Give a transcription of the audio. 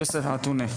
יוסף עטואנה,